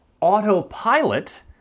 autopilot